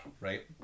right